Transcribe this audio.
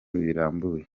birambuye